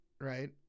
right